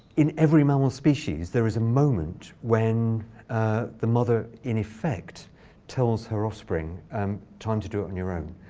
in every mammal species, there is a moment when the mother in effect tells her offspring, um time to do it on your own.